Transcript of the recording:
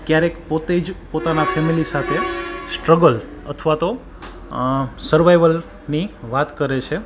ક્યારેક પોતે જ પોતાનાં ફેમેલી સાથે સ્ટ્રગલ અથવા તો સર્વાઇવલની વાત કરે છે